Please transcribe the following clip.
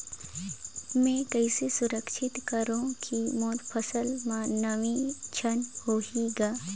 मैं कइसे सुरक्षित करो की मोर फसल म नमी झन होही ग?